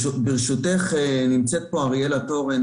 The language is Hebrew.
ברשותך, נמצאת פה אריאלה תורן